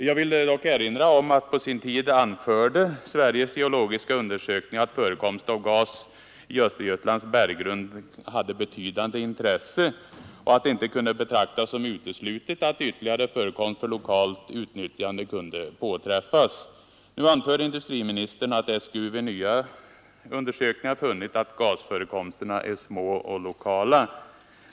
Jag vill dock erinra om att på sin tid anförde Sveriges geologiska undersökning att förekomst av gas i Östergötlands berggrund hade betydande intresse och att det inte kunde betraktas som uteslutet att ytterligare förekomst för lokalt utnyttjande kunde påträffas. Nu anför industriministern att SGU vid nya undersökningar funnit att gasförekomsterna är små och lokala.